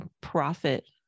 profit